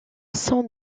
son